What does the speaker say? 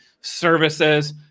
services